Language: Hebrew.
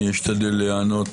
אני אשתדל להיענות